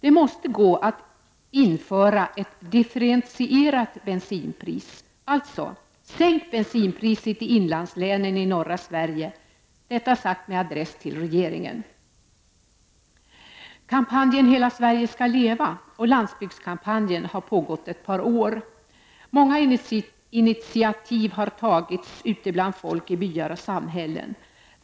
Det måste gå att införa ett differentierat bensinpris. Alltså: Sänk bensinpriset i inlandslänen i norra Sverige! Detta sagt med adress till regeringen. Kampanjen ”hela Sverige skall leva” och landsbygdskampanjen har pågått ett par år. Många initiativ har tagits ute bland folk i byar och samhällen.